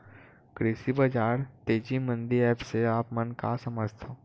कृषि बजार तेजी मंडी एप्प से आप मन का समझथव?